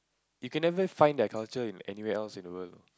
we can never find their culture in anywhere else in the world